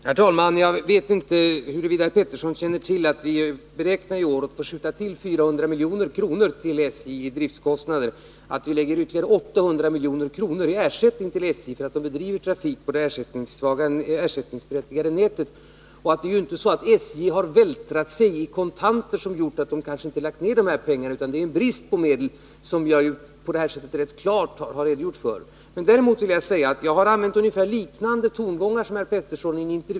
Herr talman! Jag vet inte huruvida herr Petersson i Röstånga känner till att vi beräknar att i år få skjuta till 400 milj.kr. till SJ i driftkostnader och att vi ger 800 miljoner i ersättning till SJ för bedrivandet av trafik på det ersättningsberättigade nätet. Det är ju inte så att SJ har vältrat sig i kontanter men ändå inte har lagt ned medel för berört ändamål, utan det har förekommit en brist på medel, vilket jag klart har redogjort för. Jag vill också säga att jag i en intervju om SJ har använt ungefär samma tongångar som herr Petersson.